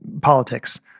politics